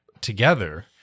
together